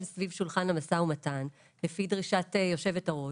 סביב שולחן המשא ומתן לפי דרישת יושבת-הראש,